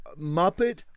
Muppet